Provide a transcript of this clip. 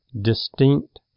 distinct